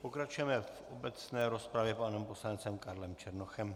Pokračujeme v obecné rozpravě panem poslancem Karlem Černochem.